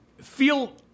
feel